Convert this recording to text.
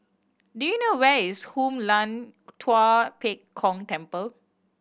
do you know where is Hoon Lam Tua Pek Kong Temple